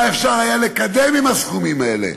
מה אפשר היה לקדם עם הסכומים האלה.